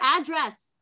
address